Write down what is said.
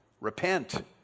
Repent